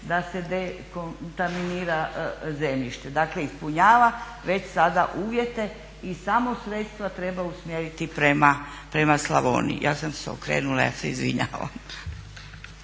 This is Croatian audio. da se dekontaminira zemljište. Dakle ispunjava već sada uvjete i samo sredstva treba usmjeriti prema Slavoniji. **Zgrebec, Dragica